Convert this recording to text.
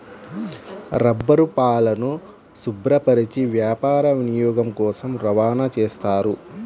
రబ్బరుపాలను శుభ్రపరచి వ్యాపార వినియోగం కోసం రవాణా చేస్తారు